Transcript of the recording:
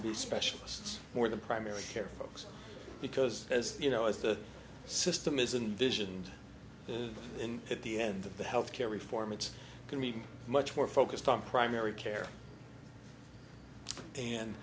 to be specialists more than primary care folks because as you know as the system isn't visioned in at the end of the health care reform it's going to be much more focused on primary care and